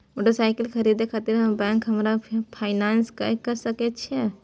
Motorcycle खरीदे खातिर bank हमरा फिनांस कय सके छै?